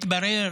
מתברר